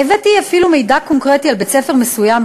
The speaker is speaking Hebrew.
הבאתי אפילו מידע קונקרטי על בית-ספר מסוים,